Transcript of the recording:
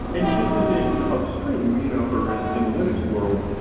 and just as in upstream you know or in in the linux world,